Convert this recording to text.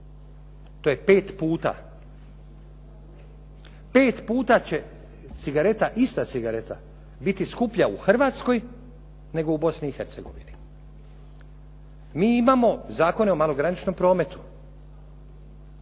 To je 5 puta, 5 puta će ista cigareta biti skuplja u Hrvatskoj nego u Bosni i Hercegovini. Mi imamo zakone o malograničnom prometu,